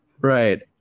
Right